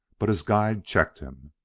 but his guide checked him.